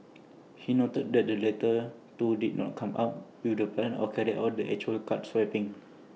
he noted that the latter two did not come up with the plan or carry out the actual card swapping